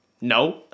no